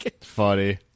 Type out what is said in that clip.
Funny